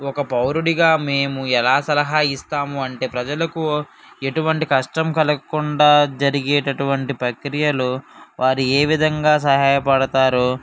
ఒక పౌరుడిగా మేము ఎలా సలహా ఇస్తాము అంటే ప్రజలకు ఎటువంటి కష్టం కలుగకుండా జరిగేటటువంటి ప్రక్రియలో వారు ఏ విధంగా సహాయపడతారో